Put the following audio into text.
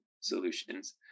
solutions